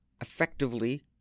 effectively